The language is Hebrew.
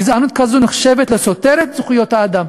גזענות כזאת נחשבת לסותרת זכויות האדם,